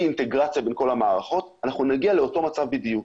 אינטגרציה בין כל המערכות אנחנו נגיע לאותו מצב בדיוק.